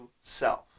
self